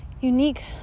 unique